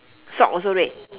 sock also red